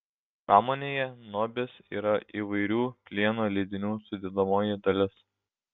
pramonėje niobis yra įvairių plieno lydinių sudedamoji dalis